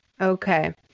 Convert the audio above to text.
Okay